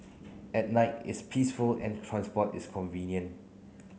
at night it's peaceful and transport is convenient